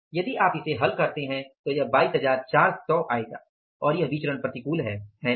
यदि आप इसे हल करते हैं तो यह 22400 आएगा और यह विचरण प्रतिकूल है है ना